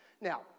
Now